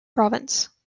province